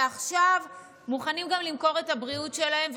ועכשיו מוכנים גם למכור את הבריאות שלהם,